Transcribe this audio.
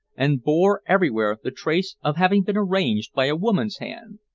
and bore everywhere the trace of having been arranged by a woman's hand,